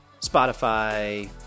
spotify